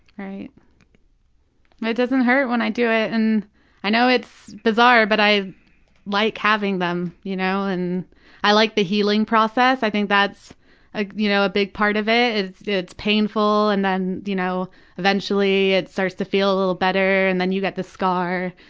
and it doesn't hurt when i do it and i know it's bizarre, but i like having them. you know and i like the healing process, i think that's ah you know a big part of it, it's it's painful and then you know eventually it starts to feel a little better and then you get the scar.